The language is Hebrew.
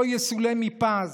לא יסולא בפז.